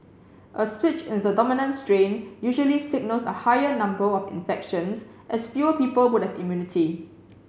a switch in the dominant strain usually signals a higher number of infections as fewer people would have immunity